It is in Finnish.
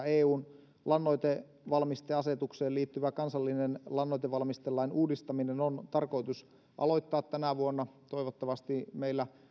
eun lannoitevalmisteasetukseen liittyvä kansallinen lannoitevalmistelain uudistaminen on tarkoitus aloittaa tänä vuonna toivottavasti meillä